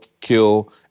kill